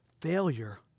Failure